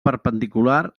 perpendicular